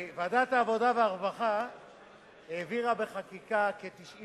ועדת העבודה והרווחה העבירה בחקיקה כ-90